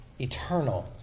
Eternal